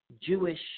Jewish